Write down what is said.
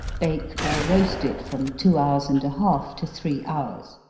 bake or roast it from two hours and a half, to three hours.